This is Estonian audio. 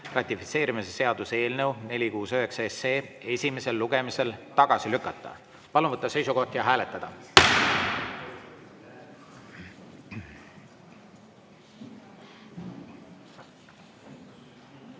ratifitseerimise seaduse eelnõu 469 esimesel lugemisel tagasi lükata. Palun võtta seisukoht ja hääletada!